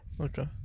Okay